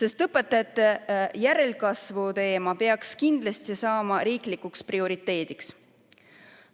sest õpetajate järelkasvu teema peaks kindlasti saama riiklikuks prioriteediks.